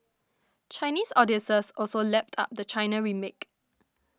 Chinese audiences also lapped up the China remake